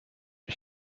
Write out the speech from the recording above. ich